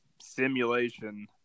simulation